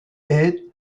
est